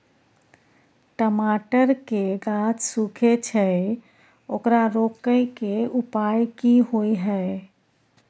टमाटर के गाछ सूखे छै ओकरा रोके के उपाय कि होय है?